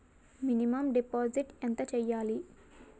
Minimum deposit ఎంత చెయ్యాలి?